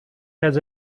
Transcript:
has